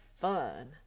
fun